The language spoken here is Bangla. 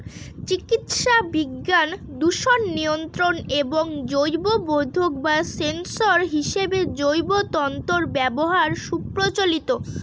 চিকিৎসাবিজ্ঞান, দূষণ নিয়ন্ত্রণ এবং জৈববোধক বা সেন্সর হিসেবে জৈব তন্তুর ব্যবহার সুপ্রচলিত